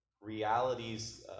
realities